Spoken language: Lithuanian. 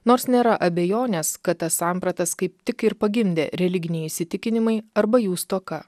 nors nėra abejonės kad tas sampratas kaip tik ir pagimdė religiniai įsitikinimai arba jų stoka